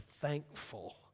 thankful